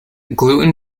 gluten